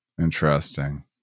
Interesting